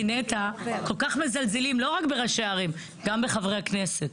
כי נת"ע כל כך מזלזלים לא רק בראשי ערים גם בחברי הכנסת,